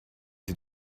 sie